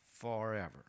forever